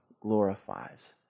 glorifies